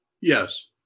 Yes